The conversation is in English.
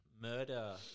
Murder